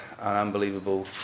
unbelievable